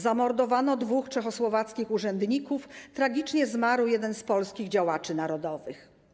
Zamordowano dwóch czechosłowackich urzędników, tragicznie zmarł jeden z polskich działaczy narodowych.